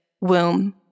womb